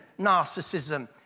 narcissism